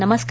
नमस्कार